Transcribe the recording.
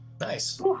Nice